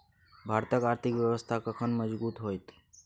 भारतक आर्थिक व्यवस्था कखन मजगूत होइत?